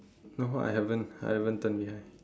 no what I haven't I haven't turn behind